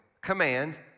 command